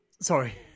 sorry